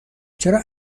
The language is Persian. چرا